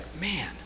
man